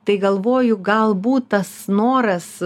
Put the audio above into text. tai galvoju galbūt tas noras